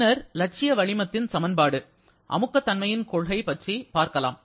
பின்னர் இலட்சிய வளிமத்தின் சமன்பாடு அமுக்கதன்மையின் கொள்கை பற்றி பார்க்கலாம்